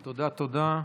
תודה, תודה.